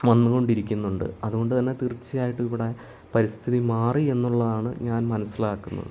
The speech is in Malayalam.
വന്നുകൊണ്ടിരിക്കുന്നുണ്ട് അതുകൊണ്ടുതന്നെ തീർച്ചയായിട്ടും ഇവിടെ പരിസ്ഥിതി മാറി എന്നുള്ളതാണ് ഞാൻ മനസ്സിലാക്കുന്നത്